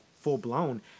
full-blown